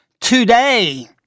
Today